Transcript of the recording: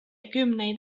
kümneid